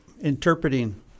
interpreting